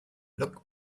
look